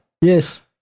Yes